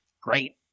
great